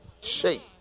shape